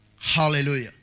Hallelujah